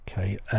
Okay